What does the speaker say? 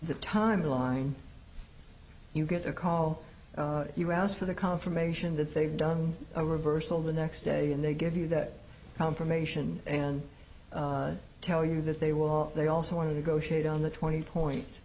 the time line you get a call you ask for the confirmation that they've done a reversal the next day and they give you that confirmation and tell you that they will they also want to negotiate on the twenty points